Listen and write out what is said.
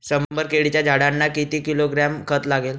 शंभर केळीच्या झाडांना किती किलोग्रॅम खत लागेल?